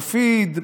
מופיד מרעי,